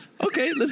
Okay